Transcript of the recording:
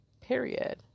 period